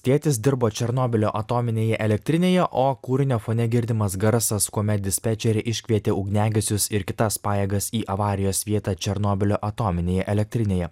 tėtis dirbo černobylio atominėje elektrinėje o kūrinio fone girdimas garsas kuomet dispečerė iškvietė ugniagesius ir kitas pajėgas į avarijos vietą černobylio atominėje elektrinėje